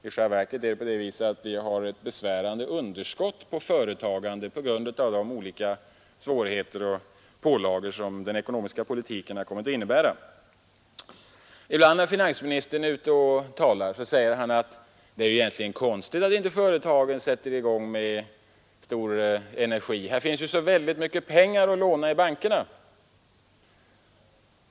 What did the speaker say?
I själva verket har vi ett besvärande underskott på företagande på grund av de olika svårigheter och pålagor som den ekonomiska politiken har kommit att medföra. Ibland när finansministern är ute och talar säger han att det egentligen är konstigt att företagen inte sätter i gång med stor energi; här finns ju oerhört mycket pengar att låna i bankerna.